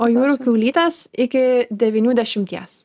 o jūrų kiaulytės iki devynių dešimties